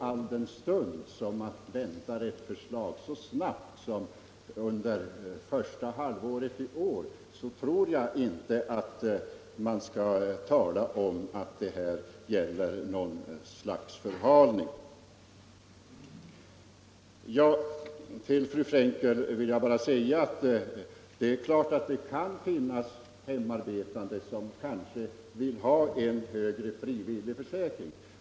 Alldenstund man väntar ett förslag så snabbt som under första halvåret i år, tror jag inte att man skall tala om någon förhalning. Det kan givetvis, fru Frenkel, finnas hemmaarbetande som vill ha en hökre frivillig försäkring.